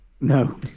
No